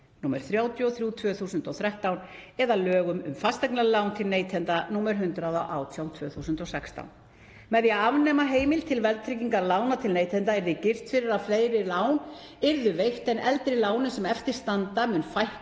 nr. 33/2013, eða lögum um fasteignalán til neytenda, nr. 118/2016. Með því að afnema heimild til verðtryggingar lána til neytenda yrði girt fyrir að fleiri slík lán yrðu veitt, en eldri lánum sem eftir standa mun fækka